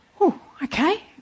okay